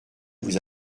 vous